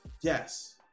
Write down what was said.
Yes